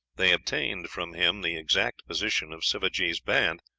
they obtained from him the exact position of sivajee's band,